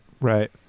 Right